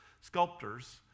sculptors